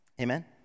Amen